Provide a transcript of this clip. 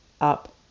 up